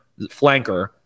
flanker